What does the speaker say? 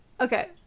okay